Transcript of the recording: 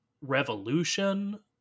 revolution